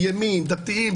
דתיים,